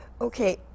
Okay